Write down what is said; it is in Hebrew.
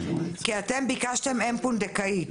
כי אתם ביקשתם אם פונדקאית.